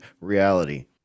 reality